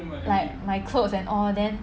like my clothes and all then